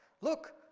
Look